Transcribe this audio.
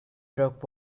truck